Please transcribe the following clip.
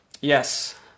Yes